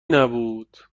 نبود